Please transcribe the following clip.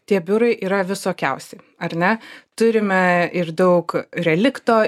tie biurai yra visokiausi ar ne turime ir daug relikto